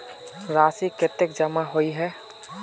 राशि कतेक जमा होय है?